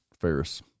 Ferris